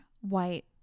white